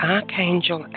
Archangel